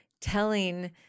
telling